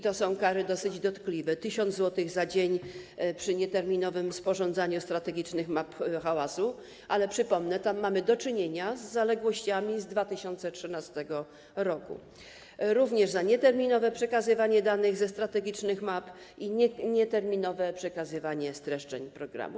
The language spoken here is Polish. To są kary dosyć dotkliwe: 1 tys. zł za dzień przy nieterminowym sporządzaniu strategicznych map hałasu - ale przypomnę, tam mamy do czynienia z zaległościami z 2013 r. - również za nieterminowe przekazywanie danych ze strategicznych map i nieterminowe przekazywanie streszczeń programów.